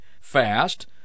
fast